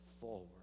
forward